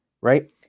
right